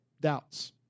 doubts